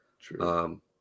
True